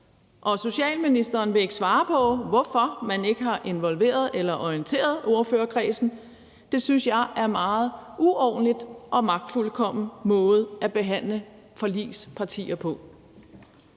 og socialministeren vil ikke svare på, hvorfor man ikke har involveret eller orienteret ordførerkredsen. Det synes jeg er en meget uordentlig og magtfuldkommen måde at behandle forligspartier på.